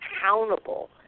accountable